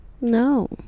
No